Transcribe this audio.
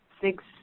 six